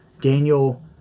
Daniel